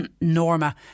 Norma